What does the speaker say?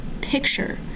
picture